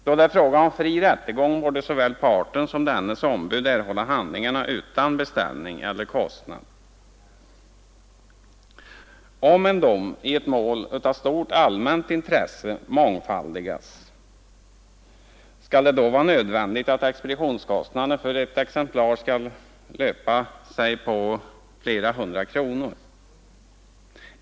Då det är fråga om fri rättegång borde såväl part som dennes ombud erhålla handlingarna utan beställning eller kostnad. Om handlingarna ändå vid ett mål av stort allmänt intresse mångfaldigas, skall det då vara nödvändigt att expeditionskostnaderna för ett exemplar skall belöpa sig på flera hundra kronor?